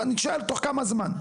אני שואל תוך כמה זמן?